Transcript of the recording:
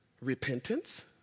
Repentance